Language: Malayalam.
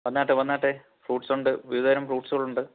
വന്നാട്ടെ വന്നാട്ടെ ഫ്രൂട്ട്സുണ്ട് വിവിധ തരം ഫ്രൂട്ട്സുകളുണ്ട്